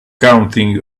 counting